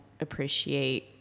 appreciate